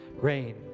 Rain